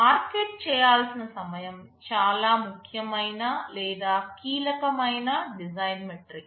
market చేయాల్సిన సమయం చాలా ముఖ్యమైన లేదా కీలకమైన డిజైన్ మెట్రిక్